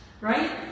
Right